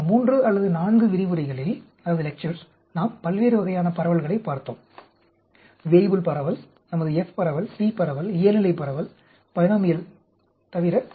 எனவே கடந்த மூன்று அல்லது நான்கு விரிவுரைகளில் நாம் பல்வேறு வகையான பரவல்களைப் பார்த்தோம் வேய்புல் பரவல் நமது f பரவல் t பரவல் இயல்நிலை பரவல் பைனாமியல் தவிர